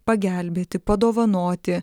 pagelbėti padovanoti